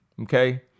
okay